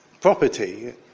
property